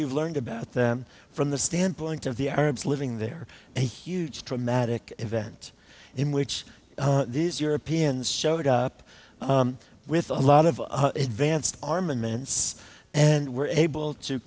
you've learned about them from the standpoint of the arabs living there a huge dramatic event in which these europeans showed up with a lot of advanced armaments and were able to